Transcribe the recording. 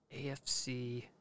AFC